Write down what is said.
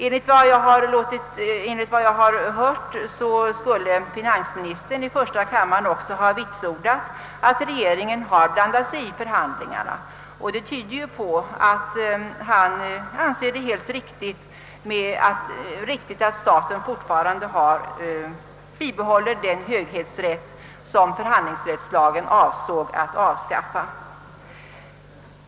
Enligt vad jag har hört skulle finansministern i första kammaren också ha vitsordat, att regeringen blandat sig i förhandlingarna. Det tyder på att han anser det helt riktigt att staten bibehåller den höghetsrätt som förhandlingsrättslagen avsåg att avskaffa.